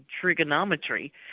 trigonometry